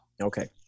Okay